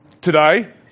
Today